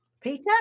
Peter